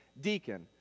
deacon